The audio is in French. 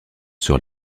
sur